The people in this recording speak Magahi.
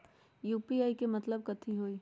यू.पी.आई के मतलब कथी होई?